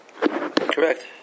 Correct